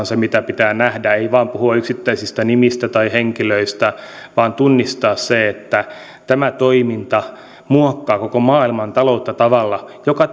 se mitä pitää nähdä ei puhua vain yksittäisistä nimistä tai henkilöistä vaan tunnistaa se että tämä toiminta muokkaa koko maailmantaloutta tavalla joka